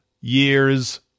years